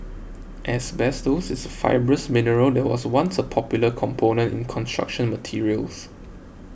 asbestos is a fibrous mineral that was once a popular component in construction materials